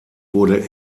wurde